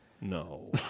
No